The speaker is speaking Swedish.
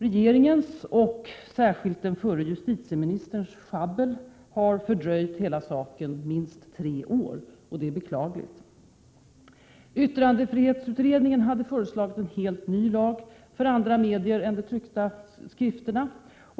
Regeringens och särskilt den förre justitieministerns sjabbel har fördröjt hela saken minst tre år, och det är beklagligt. Yttrandefrihetsutredningen hade föreslagit en helt ny lag för andra medier än tryckta skrifter.